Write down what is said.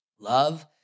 Love